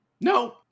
No